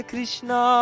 Krishna